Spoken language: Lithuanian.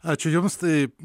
ačiū jums tai